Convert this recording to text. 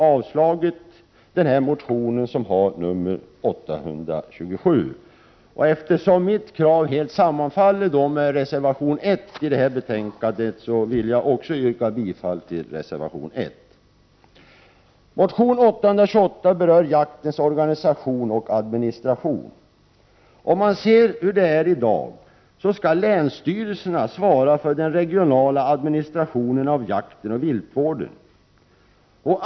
avstyrkt min motion nr 827. Eftersom mitt krav helt sammanfaller med reservation 1 till detta betänkande, yrkar jag bifall till den reservationen. Motion 828 berör jaktens organisation och administration. Länsstyrelserna skall svara för den regionala administrationen av jakten och viltvården.